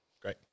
Great